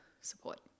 support